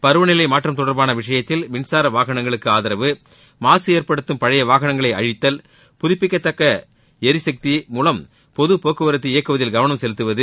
பருவநிலை மாற்றம் தொடர்பான விஷயத்தில் மின்சார வாகனங்களுக்கு ஆதரவு மாசு ஏற்படுத்தும் பழைய வாகனங்களை அழித்தல் புதப்பிக்கவல்ல எரிசக்தி மூலம் பொது போக்குவரத்தை இயக்குவதில் கவனம் செலுத்துவது